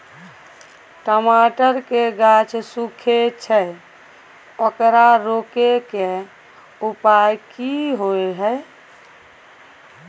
टमाटर के गाछ सूखे छै ओकरा रोके के उपाय कि होय है?